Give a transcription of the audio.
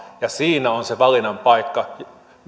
ja siinä on se valinnan paikka